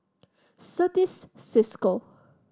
Certis Cisco